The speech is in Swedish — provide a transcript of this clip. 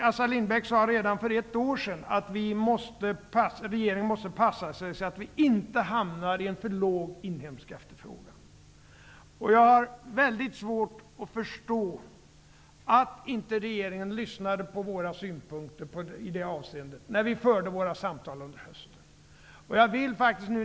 Assar Lindbeck sade redan för ett år sedan att regeringen måste passa sig så att Sverige inte hamnar i en för låg inhemsk efterfrågan. Jag har mycket svårt att förstå att regeringen inte lyssnade på våra synpunkter i det avseendet när vi förde våra samtal under hösten.